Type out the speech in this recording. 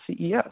CES